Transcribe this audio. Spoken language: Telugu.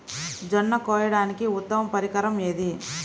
జొన్న కోయడానికి ఉత్తమ పరికరం ఏది?